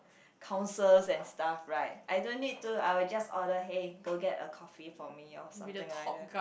councils and stuff right I don't need to I was just order hey go get a coffee for me something like that